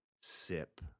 sip